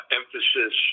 emphasis